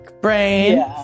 brain